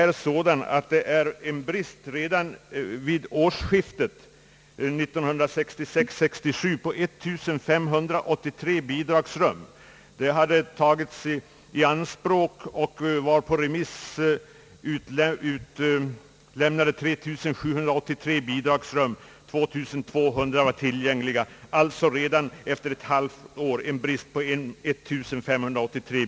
Redan vid årsskiftet 1966—1967 var för innevarande år 1415 beviljade och 2368 under behandling.